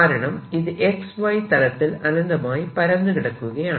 കാരണം ഇത് XY തലത്തിൽ അനന്തമായി പരന്ന് കിടക്കുകയാണ്